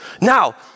Now